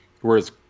whereas